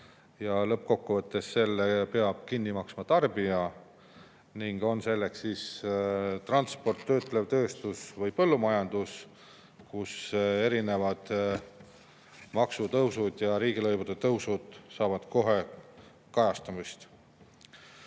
ja lõppkokkuvõttes selle peab kinni maksma tarbija, olgu transport, töötlev tööstus või põllumajandus, kus maksude ja riigilõivude tõusud leiavad kohe kajastamist.